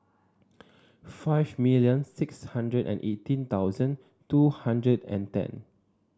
five million six hundred and eighteen thousand two hundred and ten